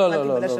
לא, לא, לא, לא.